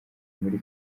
muri